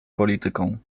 polityką